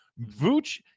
Vooch